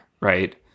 right